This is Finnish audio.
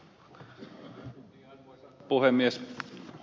arvoisa puhemies